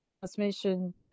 transmission